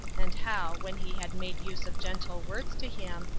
and how, when he had made use of gentle words to him,